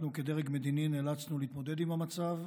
אנחנו, כדרג מדיני, נאלצנו להתמודד עם המצב.